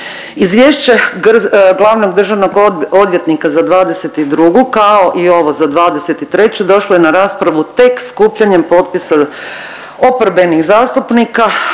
Izvješće glavnog državnog odvjetnika za '22., kao i ovo za '23. došlo je na raspravu tek skupljanjem potpisa oporbenih zastupnika